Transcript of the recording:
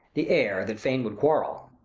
the heir, that fain would quarrel.